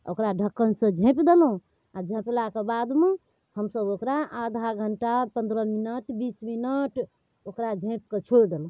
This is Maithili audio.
ओकरा ढक्कनसँ झाँपि देलहुँ आओर झाँपलाके बादमे हमसभ ओकरा आधा घण्टा पनरह मिनट बीस मिनट ओकरा झाँपिकऽ छोड़ि देलहुँ